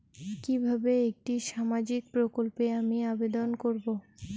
কিভাবে একটি সামাজিক প্রকল্পে আমি আবেদন করব?